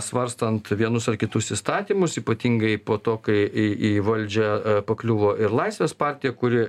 svarstant vienus ar kitus įstatymus ypatingai po to kai į į valdžią pakliuvo ir laisvės partija kuri